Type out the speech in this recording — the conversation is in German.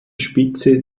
spitze